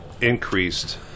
increased